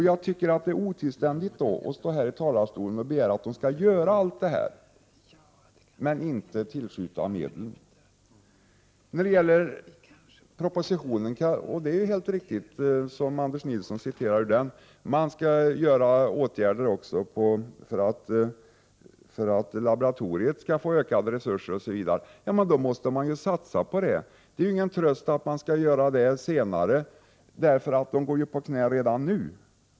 Då tycker jag det är otillständigt att stå i denna talarstol och begära att de skall göra allt detta, fast man inte tillskjuter några medel. Anders Nilsson citerar helt riktigt ur propositionen — man skall vidta åtgärder för att laboratoriet skall få ökade resurser, osv. Men då måste man ju satsa på detta! Det är ingen tröst att det skall göras senare, för man går ju på knäna redan nu.